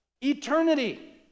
Eternity